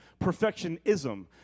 perfectionism